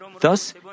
Thus